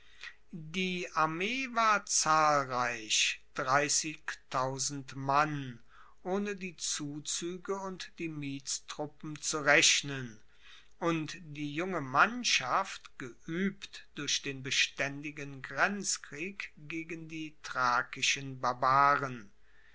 die armee war zahlreich mann ohne die zuzuege und die mietstruppen zu rechnen und die junge mannschaft geuebt durch den bestaendigen grenzkrieg gegen die thrakischen barbaren